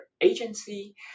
agency